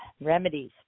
Remedies